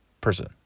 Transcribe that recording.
person